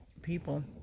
people